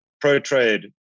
pro-trade